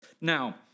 Now